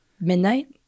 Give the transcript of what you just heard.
Midnight